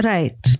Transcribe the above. Right